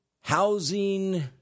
Housing